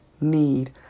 need